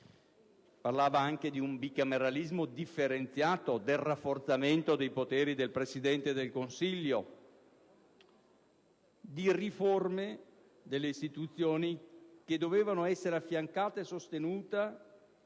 Parlava anche di un bicameralismo differenziato, del rafforzamento dei poteri del Presidente del Consiglio, di riforme delle istituzioni che dovevano essere affiancate e sostenute